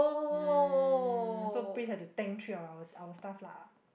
um so Pris has to tank three of our our stuff lah